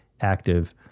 active